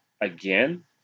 again